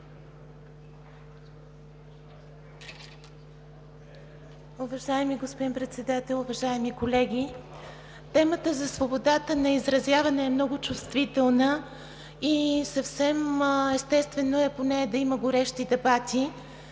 Уважаеми господин Председател, уважаеми колеги! Темата за свободата на изразяване е много чувствителна и е съвсем естествено по нея да има горещи дебати.